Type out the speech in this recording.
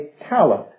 talent